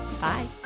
Bye